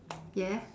yes